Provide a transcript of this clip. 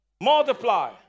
multiply